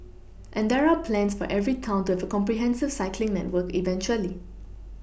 and there are plans for every town to have a comprehensive cycling network eventually